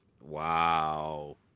Wow